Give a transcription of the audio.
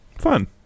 Fun